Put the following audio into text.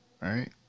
Right